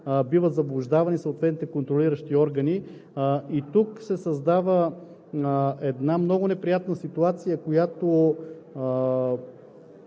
биват заблуждавани съответните контролиращи органи. И тук се създава една много неприятна ситуация, която